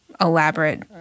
elaborate